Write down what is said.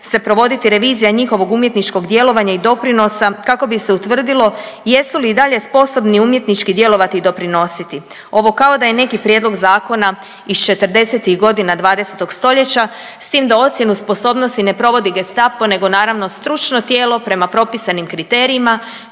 se provoditi revizija njihovog umjetničkog djelovanja i doprinosa kako bi se utvrdilo jesu li i dalje sposobni umjetnički djelovati i doprinositi. Ovo kao da je neki prijedlog zakona iz 40-ih godina 20. stoljeća s tim da ocjenu sposobnosti ne provodi Gestapo nego naravno stručno tijelo prema propisanim kriterijima